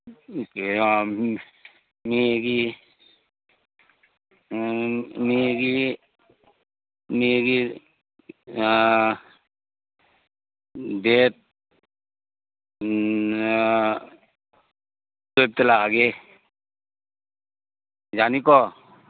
ꯃꯦꯒꯤ ꯃꯦꯒꯤ ꯃꯦꯒꯤ ꯗꯦꯠ ꯇ꯭ꯋꯦꯜꯐꯇ ꯂꯥꯛꯑꯒꯦ ꯌꯥꯅꯤꯀꯣ